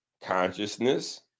consciousness